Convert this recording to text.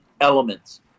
elements